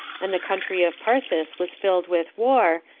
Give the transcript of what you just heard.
and the country of parthia was filled with war,